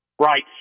Right